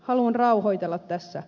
haluan rauhoitella tässä